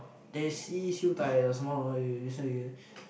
teh c Siew-Dai or something